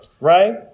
right